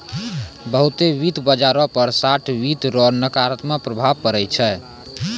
बहुते वित्त बाजारो पर शार्ट वित्त रो नकारात्मक प्रभाव पड़ै छै